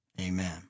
Amen